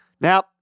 Now